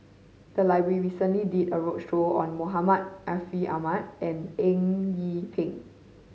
the library recently did a roadshow on Muhammad Ariff Ahmad and Eng Yee Peng